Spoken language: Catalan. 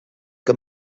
que